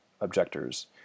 objectors